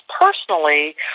personally